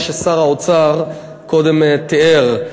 מה ששר האוצר קודם תיאר.